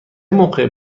موقع